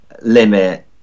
limit